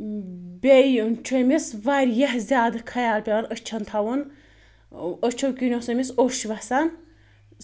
بیٚیہِ چھُ أمِس واریاہ زیادٕ خیال پیٚوان أچھَن تھاوُن أچھو کِنۍ اوٗس أمِس اوٚش وَسان